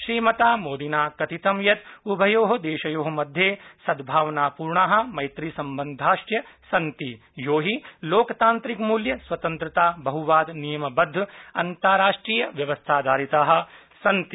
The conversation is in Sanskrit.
श्रीमता मोदिना कथितं यत् उभयोः देशयोः मध्ये सदभावपूर्णाः मैत्रीसम्बन्धाश्च सन्ति यो हि लोकतांत्रिकमूल्य स्वतन्त्रता बहुवाद नियमबद्ध अन्ताराष्ट्रिय व्यवस्थाधारिताः सन्ति